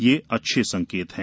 यह अच्छे संकेत हैं